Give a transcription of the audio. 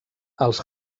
els